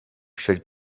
should